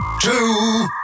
two